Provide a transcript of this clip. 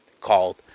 called